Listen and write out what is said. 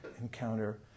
encounter